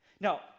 Now